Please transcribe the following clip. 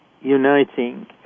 uniting